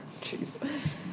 Jeez